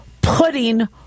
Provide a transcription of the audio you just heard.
putting